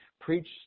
preach